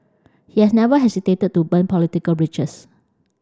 he has never hesitated to burn political bridges